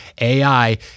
AI